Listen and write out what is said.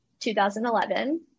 2011